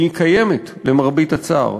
היא קיימת, למרבה הצער,